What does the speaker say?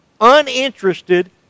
Uninterested